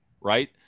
Right